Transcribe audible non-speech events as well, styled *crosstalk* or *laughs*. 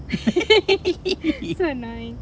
*laughs* so annoying